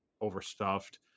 overstuffed